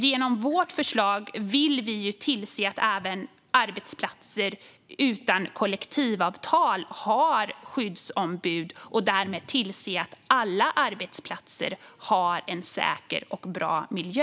Genom vårt förslag vill vi tillse att även arbetsplatser utan kollektivavtal har skyddsombud och därmed tillse att alla arbetsplatser har en säker och bra miljö.